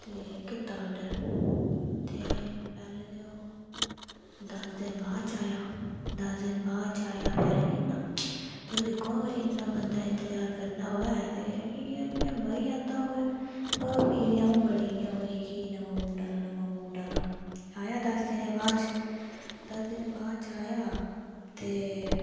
ते कीता आर्डर ते पैह्लैं ते ओह् दस्स दिन बाद आया तुस दिक्खो इन्ना अगर बंदै इंतजार करना होए ते मरी जंदा पर फ्ही बी अ'ऊं बड़ी ओह् ही कि नमां बूट औना आया दस्स दिन बाद ते